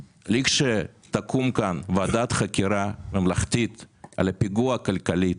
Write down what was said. שלכשתקום כאן ועדת חקירה ממלכתית על הפיגוע הכלכלי